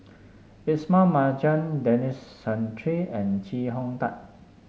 Ismail Marjan Denis Santry and Chee Hong Tat